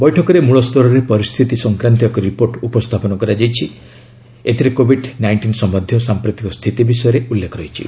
ବୈଠକରେ ମୂଳ ସ୍ତରରେ ପରିସ୍ଥିତି ସଂକ୍ରାନ୍ତୀୟ ଏକ ରିପୋର୍ଟ ଉପସ୍ଥାପନ କରାଯାଇଛି ଏଥିରେ କୋଭିଡ୍ ନାଇଷ୍ଟିନ୍ ସମ୍ପନ୍ଧୀୟ ସାଂପ୍ରତିକ ସ୍ଥିତି ବିଷୟରେ ଉଲ୍ଲେଖ ରହିଛି